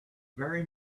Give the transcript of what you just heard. very